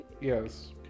Yes